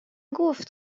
گفت